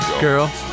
girl